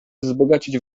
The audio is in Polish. wzbogacić